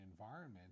environment